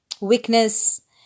weakness